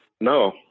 No